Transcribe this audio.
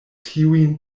tiujn